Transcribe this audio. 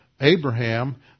Abraham